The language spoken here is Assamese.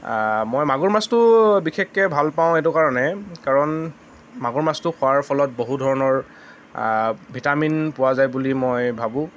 মই মাগুৰ মাছটো বিশেষকৈ ভাল পাওঁ এইটো কাৰণে কাৰণ মাগুৰ মাছটো খোৱাৰ ফলত বহু ধৰণৰ ভিটামিন পোৱা যায় বুলি মই ভাবোঁ